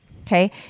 Okay